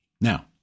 Now